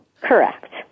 Correct